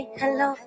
hello